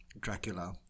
Dracula